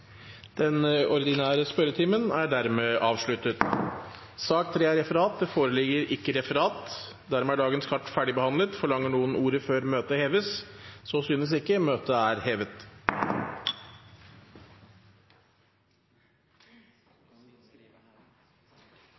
er trukket tilbake. Sak nr. 2 er dermed ferdigbehandlet. Det foreligger ikke noe referat. Dermed er dagens kart ferdigbehandlet. Forlanger noen ordet før møtet heves? – Så synes ikke, og møtet er hevet.